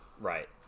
Right